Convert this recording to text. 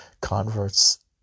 converts